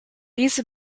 these